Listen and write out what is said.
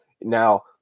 Now